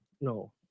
No